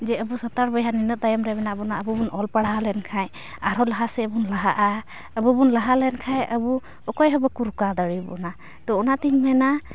ᱡᱮ ᱟᱵᱚ ᱥᱟᱱᱛᱟᱲ ᱵᱚᱭᱦᱟ ᱱᱤᱱᱟᱹᱜ ᱛᱟᱭᱚᱢᱨᱮ ᱢᱮᱱᱟᱜ ᱵᱚᱱᱟ ᱟᱵᱚᱵᱚᱱ ᱚᱞᱼᱯᱟᱲᱦᱟᱣ ᱞᱮᱱᱠᱷᱟᱱ ᱟᱨᱦᱚᱸ ᱞᱟᱦᱟ ᱥᱮᱫᱵᱚᱱ ᱞᱟᱦᱟᱜᱼᱟ ᱟᱵᱚᱵᱚᱱ ᱞᱟᱦᱟᱞᱮᱱ ᱠᱷᱟᱱ ᱟᱵᱚ ᱚᱠᱚᱭᱦᱚᱸ ᱵᱟᱠᱚ ᱨᱚᱠᱟᱣ ᱫᱟᱲᱮᱭᱟᱵᱚᱱᱟ ᱛᱳ ᱚᱱᱟᱛᱤᱧ ᱢᱮᱱᱟ